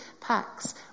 packs